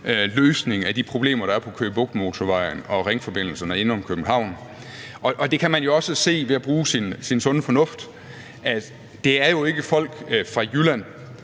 løsninger af de problemer, der er på Køge Bugt Motorvejen og ringforbindelserne inde omkring København. Det kan man jo se ved at bruge sin sunde fornuft: Det er jo ikke folk fra Jylland,